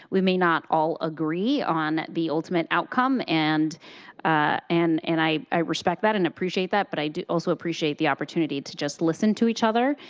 we may not all agree on the the ultimate outcome and and and i i respect that and appreciate that, but i also appreciate the opportunity to just listen to each other.